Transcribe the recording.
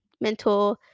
mental